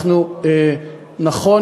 נכון,